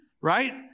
right